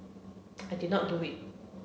I did not do it